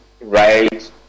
right